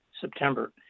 September